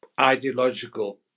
ideological